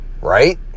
Right